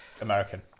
american